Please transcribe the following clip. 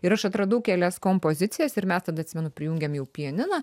ir aš atradau kelias kompozicijas ir mes tada atsimenu prijungėm jau pianiną